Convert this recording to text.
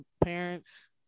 parents